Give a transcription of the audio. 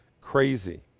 crazy